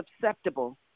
susceptible